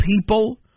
people